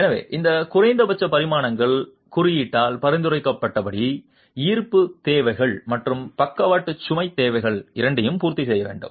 எனவே அந்த குறைந்தபட்ச பரிமாணங்கள் குறியீட்டால் பரிந்துரைக்கப்பட்டபடி ஈர்ப்பு தேவைகள் மற்றும் பக்கவாட்டு சுமை தேவைகள் இரண்டையும் பூர்த்தி செய்ய வேண்டும்